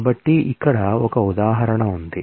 కాబట్టి ఇక్కడ ఒక ఉదాహరణ ఉంది